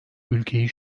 ülkeyi